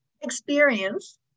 experience